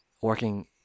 working